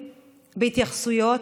בהתייחסויות,